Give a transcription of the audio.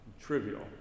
trivial